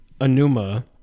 Anuma